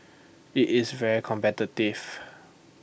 IT is very competitive